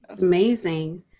Amazing